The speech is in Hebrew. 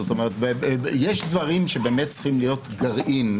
זאת אומרת, יש דברים שבאמת צריכים להיות גרעין.